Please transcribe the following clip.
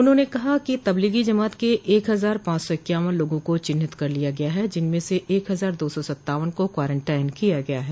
उन्होंने कहा कि तबलीगी जमात के एक हजार पांच सौ इक्यावान लोगों को चिन्हित कर लिया गया है जिनमें से एक हजार दो सौ सत्तावन को कोरेंटाइन किया गया है